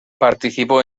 participó